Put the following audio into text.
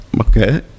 Okay